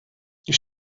die